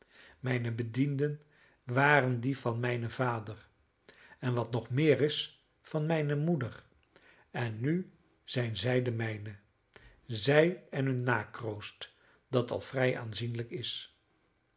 mijne bedienden waren die van mijnen vader en wat nog meer is van mijne moeder en nu zijn zij de mijne zij en hun nakroost dat al vrij aanzienlijk is